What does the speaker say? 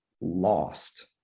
lost